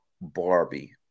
Barbie